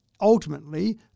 ultimately